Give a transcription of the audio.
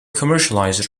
commercialized